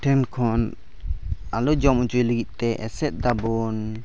ᱴᱷᱮᱱ ᱠᱷᱚᱱ ᱟᱞᱚ ᱡᱚᱢ ᱦᱚᱪᱚᱭ ᱞᱟᱹᱜᱤᱫᱛᱮ ᱮᱥᱮᱫ ᱫᱟᱵᱚᱱ